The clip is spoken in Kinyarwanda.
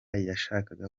yashakaga